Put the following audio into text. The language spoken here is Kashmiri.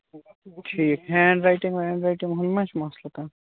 ٹھیٖک ہینٛڈ رایٹِنٛگ وینٛڈ رایٹِنٛگ ہُنٛد ما چھُ مَسلہٕ کانٛہہ